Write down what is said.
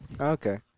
Okay